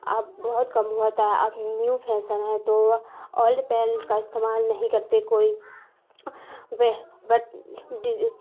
اب بہت کم ہوتا ہے اب نیو فیشن ہے تو اولڈ پینٹ کا استعمال نہیں کرتے کوئی وہ بٹ ڈجٹ